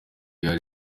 cya